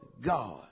God